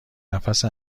نفس